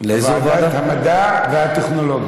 לדיון בוועדת המדע והטכנולוגיה.